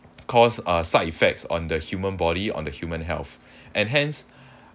cause uh side effects on the human body on the human health and hence